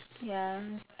ya